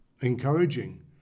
encouraging